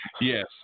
Yes